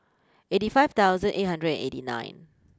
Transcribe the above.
eighty five thousand eight hundred and eighty nine